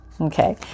Okay